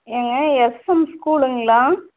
ஏங்க S M ஸ்கூல்ங்களா